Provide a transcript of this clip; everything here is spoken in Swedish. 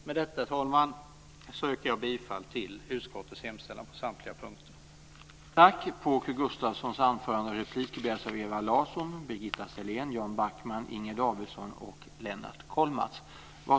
Med detta, herr talman, yrkar jag bifall till utskottets hemställan på samtliga punkter.